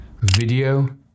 video